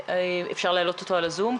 אפשר להעלות אותו על הזום.